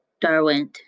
Darwin